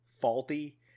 faulty